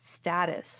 status